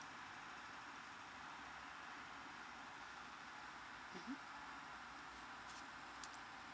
mmhmm